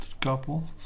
couple